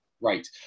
Right